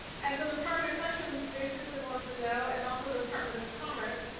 and so department of corrections basically wanted to know and also department of commerce,